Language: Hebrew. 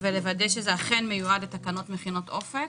ולוודא שזה אכן מיועד לתקנות מכינות אופק?